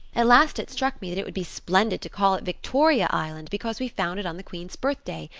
at last it struck me that it would be splendid to call it victoria island because we found it on the queen's birthday.